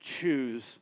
choose